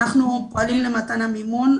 אנחנו פועלים למתן המימון,